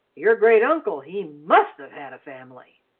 your great-uncle, he must have had a family!